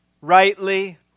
rightly